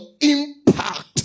impact